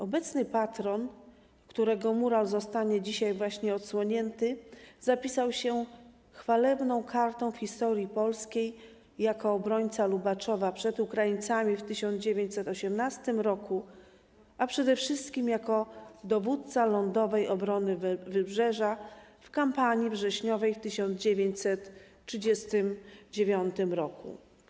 Obecny patron, którego mural zostanie właśnie odsłonięty, zapisał się chwalebną kartą w historii polskiej jako obrońca Lubaczowa przed Ukraińcami w 1918 r., a przede wszystkim jako dowódca Lądowej Obrony Wybrzeża w kampanii wrześniowej w 1939 r.